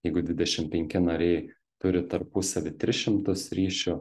jeigu dvidešim penki nariai turi tarpusavy tris šimtus ryšių